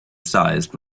sized